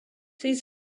his